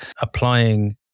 applying